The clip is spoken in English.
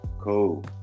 Cool